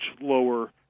lower